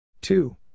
Two